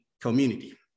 community